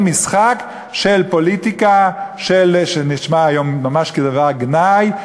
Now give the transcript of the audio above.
משחק של פוליטיקה זה נשמע היום ממש כדבר גנאי,